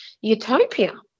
utopia